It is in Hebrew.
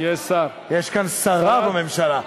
יש כאן שרה בממשלה.